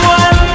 one